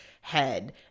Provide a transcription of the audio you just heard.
head